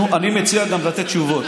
אני מציע גם לתת תשובות.